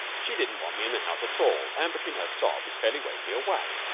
she didn't want me in the house at all, and between her sobs fairly waved me away.